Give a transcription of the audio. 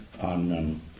on